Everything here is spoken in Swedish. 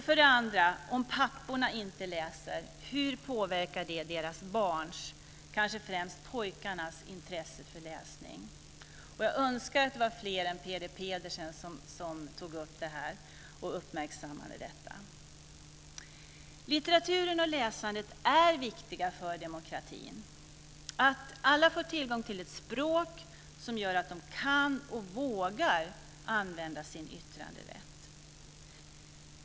För det andra: Om papporna inte läser, hur påverkar det deras barns, främst pojkarnas, intresse för läsning? Jag önskar att det vore fler än Peter Pedersen som uppmärksammade detta. Litteraturen och läsandet är viktiga för demokratin, dvs. att alla får tillgång till ett språk som gör att de kan och vågar använda sin yttranderätt.